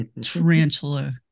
tarantula